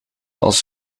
als